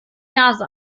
nase